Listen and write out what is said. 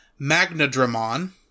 Magnadramon